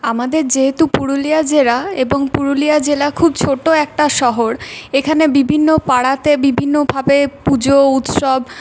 আমাদের যেহেতু পুরুলিয়া জেলা এবং পুরুলিয়া জেলা খুব ছোটো একটা শহর এখানে বিভিন্ন পাড়াতে বিভিন্ন ভাবে পুজো উৎসব